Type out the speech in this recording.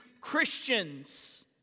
Christians